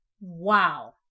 Wow